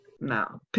No